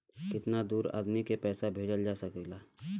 कितना दूर आदमी के पैसा भेजल जा सकला?